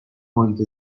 محیط